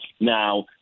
Now